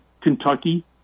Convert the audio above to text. Kentucky